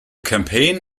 campaign